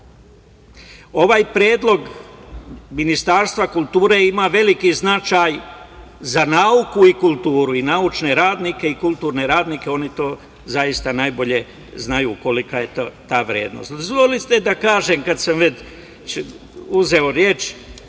predlog Ministarstva kulture ima veliki značaj za nauku i kulturu, za naučne i kulturne radnike, oni to zaista najbolje znaju kolika je ta vrednost. Dozvolite da kažem, kad sam već uzeo